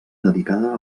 dedicada